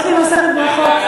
יש לי מסכת ברכות,